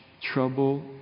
trouble